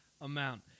amount